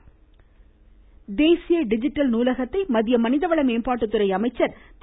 பிரகாஷ் ஜவ்டேகர் தேசிய டிஜிட்டல் நூலகத்தை மத்திய மனிதவள மேம்பாட்டுத்துறை அமைச்சர் திரு